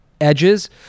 edges